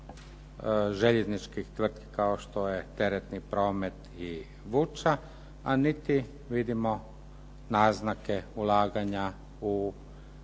željezničkih tvrtki kao što je teretni promet i vuča a niti vidimo naznake ulaganja u